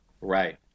Right